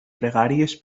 pregàries